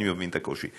אני מבין את הקושי.